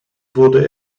wurde